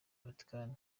vatican